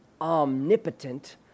omnipotent